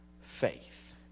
faith